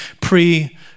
pre